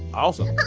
awesome.